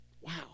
Wow